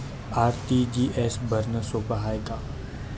RTGS भरनं सोप हाय का?